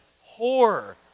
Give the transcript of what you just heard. horror